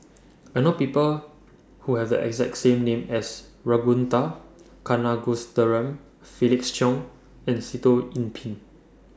I know People Who Have The exact same name as Ragunathar Kanagasuntheram Felix Cheong and Sitoh Yih Pin